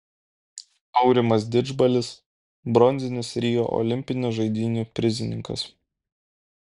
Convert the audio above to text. aurimas didžbalis bronzinis rio olimpinių žaidynių prizininkas